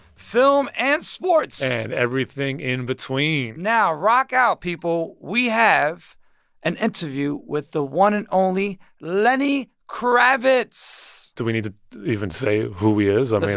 film and sports and everything in between now, rock out people. we have an interview with the one and only lenny kravitz do we need to even say who he is? i mean.